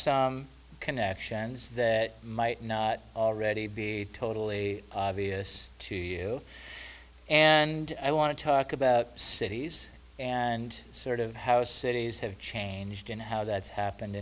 some connections that might not already be totally obvious to you and i want to talk about cities and sort of how cities have changed and how that's happened